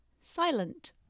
silent